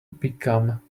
become